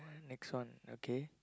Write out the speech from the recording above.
next one okay